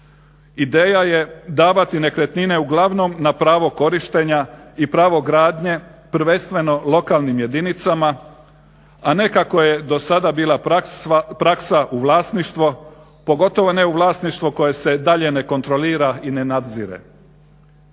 Ideja je davati nekretnine uglavnom na pravo korištenja i pravo gradnje prvenstveno lokalnim jedinicama, a ne kako je dosada bila praksa u vlasništvo pogotovo ne u vlasništvo koje se dalje ne kontrolira i ne nadzire.